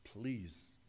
please